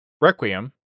Requiem